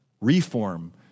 reform